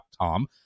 Tom